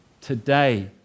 today